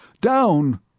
Down